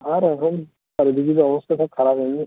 আর এখন চারিদিকে যা অবস্থা সব খারাপ এমনি